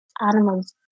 animals